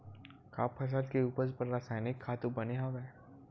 का फसल के उपज बर रासायनिक खातु बने हवय?